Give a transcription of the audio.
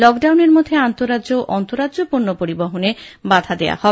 লকডাউনের মধ্যে আন্তঃরাজ্য ও অন্তরাজ্য পণ্য পরিবহনেও বাধা দেওয়া হবেনা